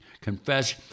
confess